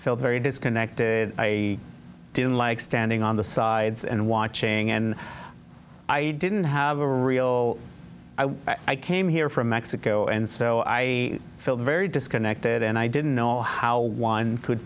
felt very disconnected i didn't like standing on the sides and watching and i didn't have a real i came here from mexico and so i felt very disconnected and i didn't know how one could